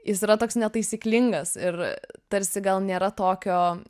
jis yra toks netaisyklingas ir tarsi gal nėra tokio